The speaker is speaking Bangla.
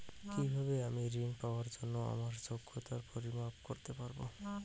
কিভাবে আমি ঋন পাওয়ার জন্য আমার যোগ্যতার পরিমাপ করতে পারব?